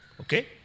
Okay